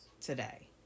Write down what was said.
today